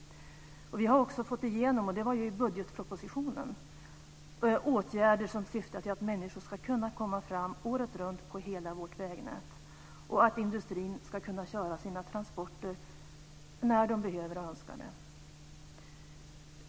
Vi har också fått igenom, i budgetpropositionen, åtgärder som syftar till att människor ska kunna komma fram året runt på hela vårt vägnät och att industrin ska kunna köra sina transporter när de behöver och önskar det.